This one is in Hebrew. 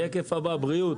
לשקף הבא, בריאות.